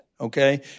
okay